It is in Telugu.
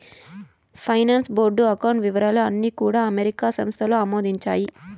ఫైనాన్స్ బోర్డు అకౌంట్ వివరాలు అన్నీ కూడా అమెరికా సంస్థలు ఆమోదించాయి